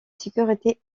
sécurité